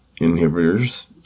inhibitors